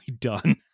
done